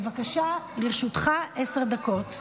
בבקשה, לרשותך עשר דקות.